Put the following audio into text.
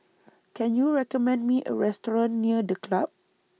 Can YOU recommend Me A Restaurant near The Club